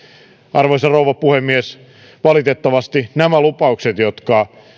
arvoisa rouva puhemies valitettavasti nämä lupaukset jotka